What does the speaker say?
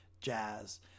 Jazz